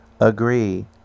agree